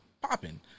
popping